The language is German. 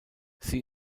sie